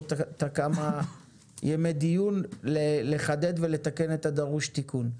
את כמה ימי הדיון לחדד ולתקן את הדרוש תיקון.